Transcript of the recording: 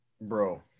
Bro